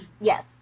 Yes